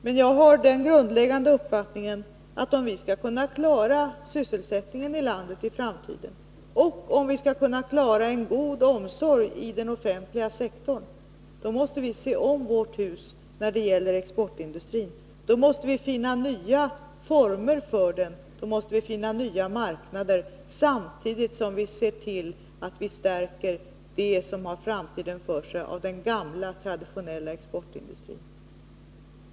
Men jag har den grundläggande uppfattningen att om vi skall kunna klara sysselsättningen i landet i framtiden och om vi skall kunna klara en god omsorg i den offentliga sektorn, då måste vi se om vårt hus när det gäller exportindustrin, då måste vi finna nya former för den, då måste vi finna nya marknader, samtidigt som vi ser till att stärka det som har framtiden för sig av den gamla, traditionella exportindustrin.